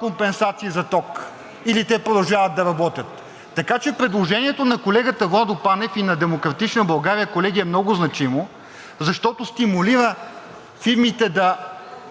компенсации за ток, или те продължават да работят? Така че предложението на колегата Владислав Панев и на „Демократична България“, колеги, е много значимо, защото стимулира фирмите да